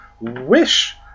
Wish